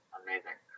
amazing